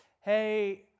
hey